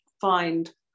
find